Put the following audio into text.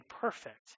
perfect